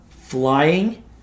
flying